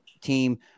team